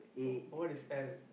wha~ what is ale